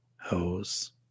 hose